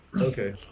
Okay